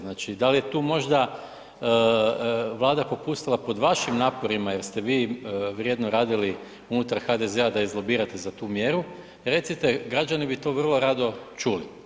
Znači, da li je tu možda Vlada popustila pod vašim naporima jer ste vi vrijedno radili unutar HDZ-a da izlobirate tu mjeru, recite, građani bi to vrlo rado čuli.